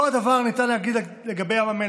אותו דבר ניתן להגיד לגבי ים המלח.